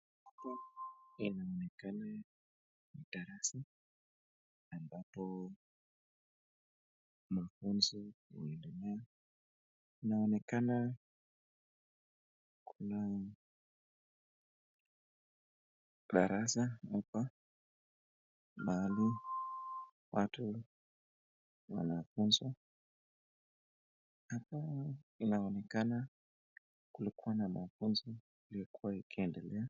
Hii inaonekana ni darasa ambapo mafunzo huendelea, inaonekana kuna darasa hapa mahali watu wanafunzwa, hapa inaonekana kulikuwa na mafunzo iliyokuwa ikiendelea.